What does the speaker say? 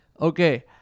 okay